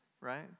right